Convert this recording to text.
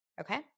Okay